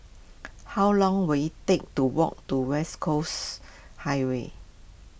how long will it take to walk to West Coast Highway